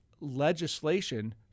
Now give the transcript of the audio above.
legislation